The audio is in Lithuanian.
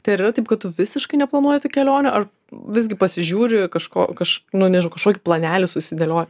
tai ar yra taip kad tu visiškai neplanuoji tų kelionių ar visgi pasižiūri kažko kaž nu nežinau kažkokį planelį susidėlio